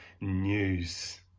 news